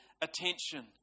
attention